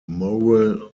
moral